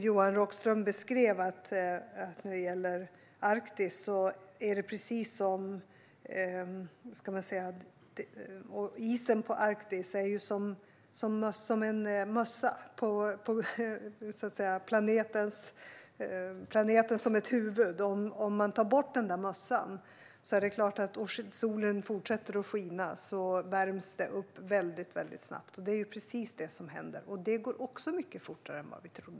Johan Rockström beskrev isen på Arktis som en mössa på planetens huvud. Om man tar bort mössan och solen fortsätter att skina värms huvudet upp väldigt snabbt. Det är precis vad som händer, och det går mycket fortare än vi har trott.